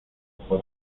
por